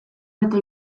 eta